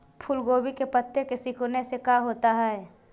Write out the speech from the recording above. फूल गोभी के पत्ते के सिकुड़ने से का होता है?